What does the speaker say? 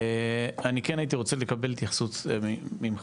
אני כן הייתי רוצה לקבל התייחסות ממך,